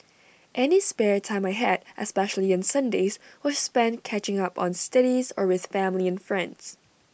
any spare time I had especially on Sundays was spent catching up on studies or with family and friends